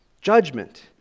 Judgment